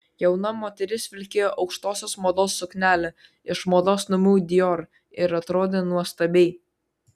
jauna moteris vilkėjo aukštosios mados suknelę iš mados namų dior ir atrodė nuostabiai